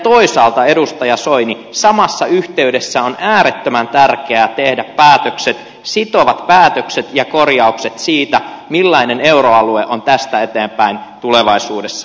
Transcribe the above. toisaalta edustaja soini samassa yhteydessä on äärettömän tärkeä tehdä päätökset sitovat päätökset ja korjaukset siitä millainen euroalue on tästä eteenpäin tulevaisuudessa